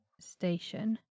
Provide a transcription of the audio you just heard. station